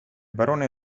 barone